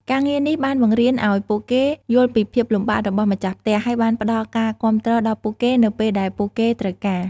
ការងារនេះបានបង្រៀនឱ្យពួកគេយល់ពីភាពលំបាករបស់ម្ចាស់ផ្ទះ ហើយបានផ្តល់ការគាំទ្រដល់ពួកគេនៅពេលដែលពួកគេត្រូវការ។